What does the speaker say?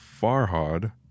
Farhad